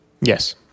Yes